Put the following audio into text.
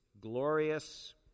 Glorious